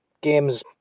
game's